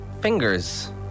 Fingers